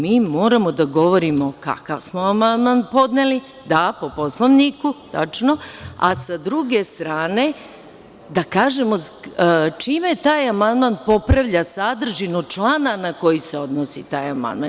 Mi moramo da govorimo kakav smo amandman podneli, da po Poslovniku, tačno, a sa druge strane, da kažemo čime taj amandman popravlja sadržinu člana na koji se odnosi taj amandman.